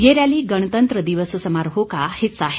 यह रैली गणतंत्र दिवस समारोह का हिस्सा है